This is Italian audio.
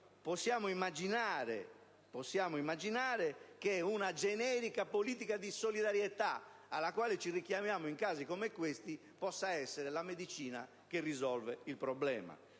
possiamo immaginare che una generica politica di solidarietà alla quale ci richiamiamo in casi come questi possa essere la medicina che risolve il problema.